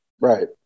Right